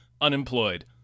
unemployed